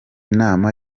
nama